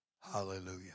Hallelujah